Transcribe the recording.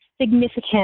significant